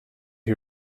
who